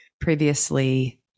previously